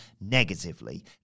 negatively